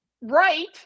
right